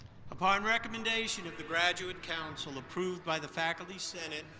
upon recommendation of the graduate council, approved by the faculty senate,